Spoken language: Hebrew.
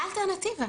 מה האלטרנטיבה?